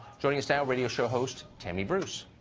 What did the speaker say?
joining us now, radio show host tammy bruce.